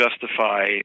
justify